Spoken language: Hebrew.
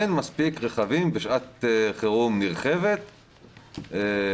אין מספיק רכבים בשעת חירום נרחבת של